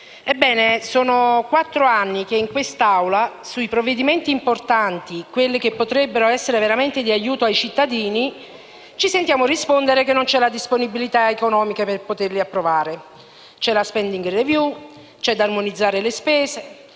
Presidente, sono quattro anni che in quest'Aula sui provvedimenti importanti, quelli che potrebbero essere veramente di aiuto ai cittadini, ci sentiamo rispondere che non c'è la disponibilità economica per poterli approvare: c'è la *spending review*, ci sono le spese